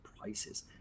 prices